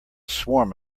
swarm